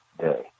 day